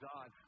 God